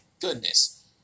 goodness